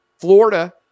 Florida